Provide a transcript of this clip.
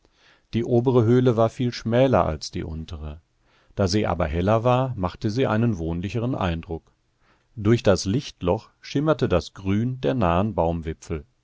die obere höhle war viel schmäler als die untere da sie aber heller war machte sie einen wohnlicheren eindruck durch das lichtloch schimmerte das grün der nahen baumwipfel